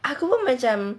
aku pun macam